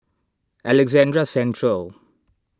Alexandra Central